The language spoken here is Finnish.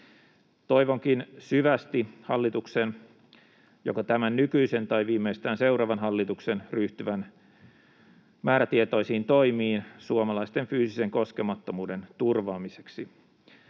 Toivonkin syvästi hallituksen, joko tämän nykyisen tai viimeistään seuraavan hallituksen, ryhtyvän määrätietoisiin toimiin suomalaisten fyysisen koskemattomuuden turvaamiseksi.